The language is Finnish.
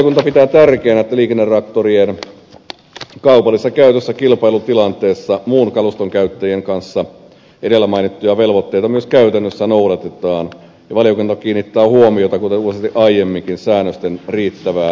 valiokunta pitää tärkeänä että liikennetraktorien kaupallisessa käytössä kilpailutilanteessa muun kaluston käyttäjien kanssa edellä mainittuja velvoitteita myös käytännössä noudatetaan ja valiokunta kiinnittää huomiota kuten useasti aiemminkin säännösten riittävään valvontaan